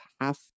half